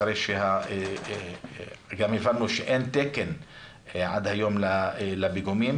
אחרי שגם הבנו שאין תקן עד היום לפיגומים.